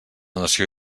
nació